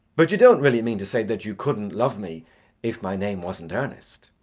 but you don't really mean to say that you couldn't love me if my name wasn't ernest?